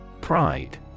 Pride